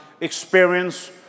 experience